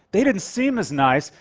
they didn't seem as nice,